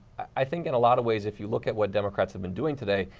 i think in a lot of ways, if you look at what democrats have been doing today,